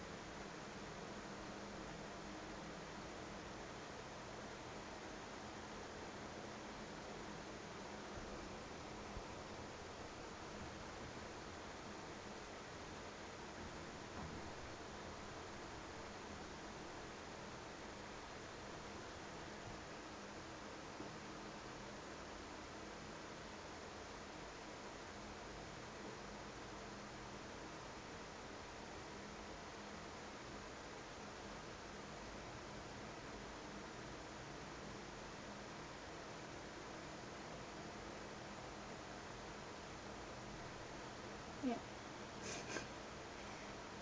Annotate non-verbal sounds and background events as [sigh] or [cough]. [noise]